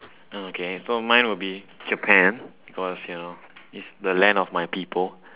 uh okay so mine will be Japan because you know it's the land of my people